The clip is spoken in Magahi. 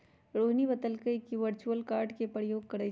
रोहिणी बतलकई कि उ वर्चुअल कार्ड के प्रयोग करई छई